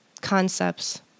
concepts